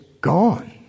gone